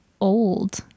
old